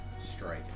strike